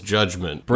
Judgment